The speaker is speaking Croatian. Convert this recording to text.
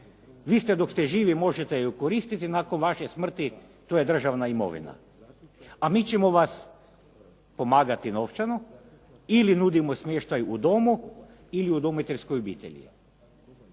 vi ste dok ste živi, možete ju koristiti nakon vaše smrti to je državna imovina. A mi ćemo vas pomagati novčano ili nudimo smještaj u domu ili udomiteljskoj obitelji.